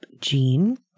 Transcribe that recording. gene